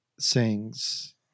sings